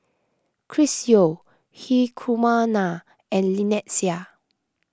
Chris Yeo Hri Kumar Nair and Lynnette Seah